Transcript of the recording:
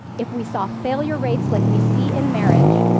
if we saw failure rates like we see in marriage,